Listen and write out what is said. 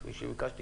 כפי שביקשתי